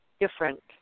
different